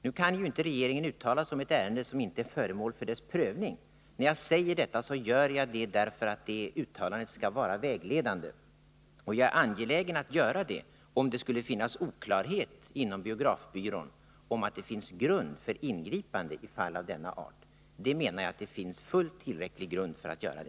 Nu kan ju inte regeringen uttala sig om ett ärende som nadssituationen inte är föremål för dess prövning, men när jag säger detta så gör jag det för att ; Olofström det uttalandet skall vara vägledande. Och jag är angelägen att göra det, om det skulle finnas oklarhet inom biografbyrån om huruvida det finns grund för ingripande i fall av denna art. Jag menar att det finns fullt tillräcklig grund för ett ingripande.